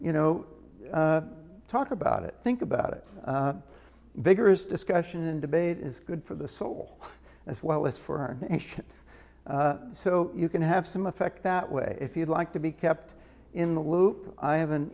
you know talk about it think about it vigorous discussion and debate is good for the soul as well as for our nation so you can have some effect that way if you'd like to be kept in the loop i have an